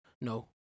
No